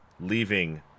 Leaving